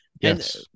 Yes